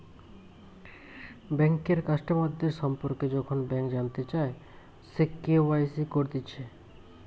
বেঙ্কের কাস্টমারদের সম্পর্কে যখন ব্যাংক জানতে চায়, সে কে.ওয়াই.সি করতিছে